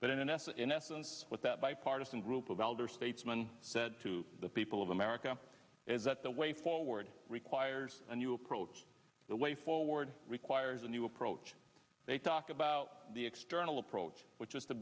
but in essence in essence what that bipartisan group of elder statesman said to the people of america is that the way forward requires a new approach the way forward requires a new approach they talk about the external approach which is to